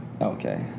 Okay